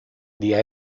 the